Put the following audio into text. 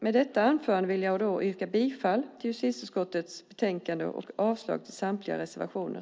Med detta anförande yrkar jag bifall till förslaget i justitieutskottets betänkande och avslag på samtliga reservationer.